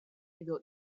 edo